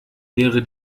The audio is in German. wäre